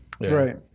right